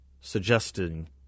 suggesting